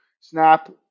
snap